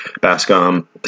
Bascom